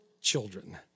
children